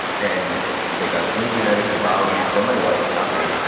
and they got great genetics and biology, from my wife, not me.